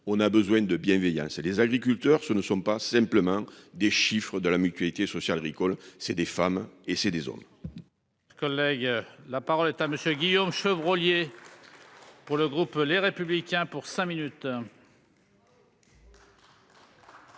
On a besoin de bienveillance et les agriculteurs, ce ne sont pas simplement des chiffres de la Mutualité sociale agricole. C'est des femmes et c'est des.